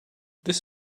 this